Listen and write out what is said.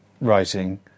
writing